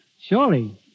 Surely